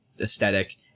aesthetic